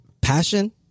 passion